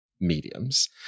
mediums